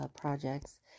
projects